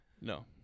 No